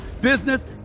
business